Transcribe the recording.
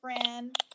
friend